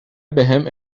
بهم